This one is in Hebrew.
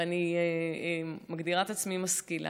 ואני מגדירה את עצמי משכילה,